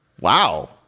Wow